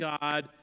God